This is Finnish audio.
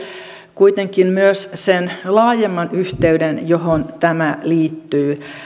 kuitenkin myös sen laajemman yhteyden johon tämä liittyy